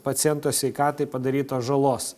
paciento sveikatai padarytos žalos